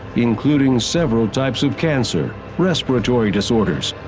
including several types of cancer, respiratory disorders,